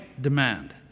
demand